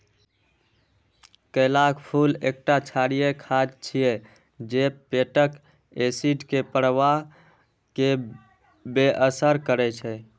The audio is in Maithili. केलाक फूल एकटा क्षारीय खाद्य छियै जे पेटक एसिड के प्रवाह कें बेअसर करै छै